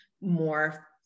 more